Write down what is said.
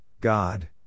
God